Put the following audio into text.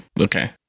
Okay